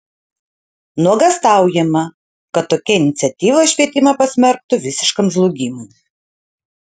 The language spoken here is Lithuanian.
nuogąstaujama kad tokia iniciatyva švietimą pasmerktų visiškam žlugimui